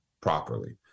properly